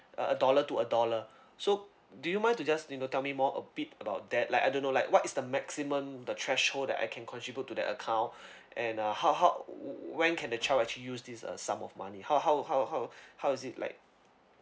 a dollar to a dollar so do you mind to just you know to tell me more a bit about that like I don't know like what is the maximum the threshold that I can contribute to the account and uh how how when can the child actually use this uh sum of money how how how how how is it like